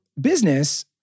business